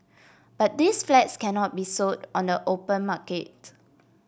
but these flats cannot be sold on the open market